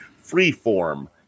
Freeform